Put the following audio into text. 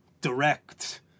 direct